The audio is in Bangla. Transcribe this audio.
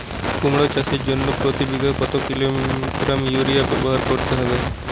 কুমড়ো চাষের জন্য প্রতি বিঘা কত কিলোগ্রাম ইউরিয়া ব্যবহার করতে হবে?